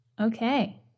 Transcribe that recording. Okay